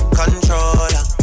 controller